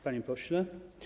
Panie Pośle!